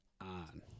on